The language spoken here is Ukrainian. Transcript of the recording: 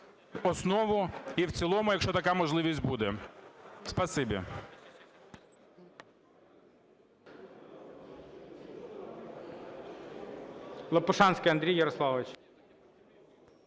основу і в цілому, якщо така можливість буде.